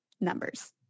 Numbers